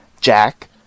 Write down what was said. Jack